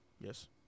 Yes